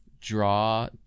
draw